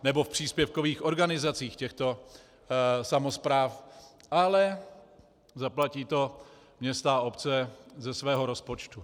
Nebo v příspěvkových organizacích těchto samospráv, ale zaplatí to města a obce ze svého rozpočtu.